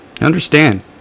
Understand